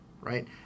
right